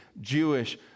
Jewish